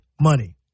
money